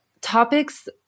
topics